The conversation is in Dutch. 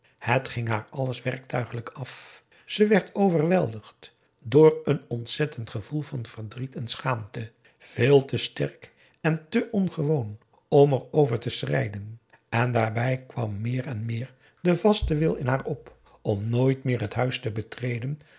het ging haar alles werktuigelijk af ze werd overweldigd door een ontzettend gevoel van verdriet en schaamte veel te sterk en te ongewoon om er over te p a daum hoe hij raad van indië werd onder ps maurits schreien en daarbij kwam meer en meer de vaste wil in haar op om nooit meer het huis te betreden